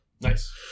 Nice